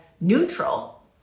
neutral